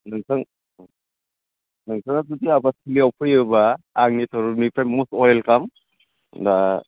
नोंथाङा जुदि आबादथिलियाव फैयोबा आंनि तरफनिफ्राय मस्ट वेलकाम दा